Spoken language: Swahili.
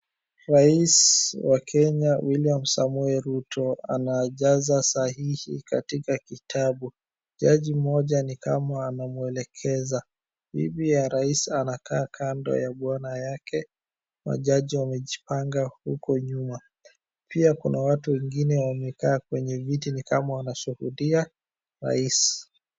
Rais wa Kenya William Samoei Ruto anajaza sahihi katika kitabu. Jaji mmoja ni kama anamwelekeza. Bibi ya rais anakaa kando ya bwana yake. Majaji wamejipanga huko nyuma. Pia kuna watu wengine wamekaa kwenye vitu ni kama wanashuhudia, rais.